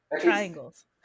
triangles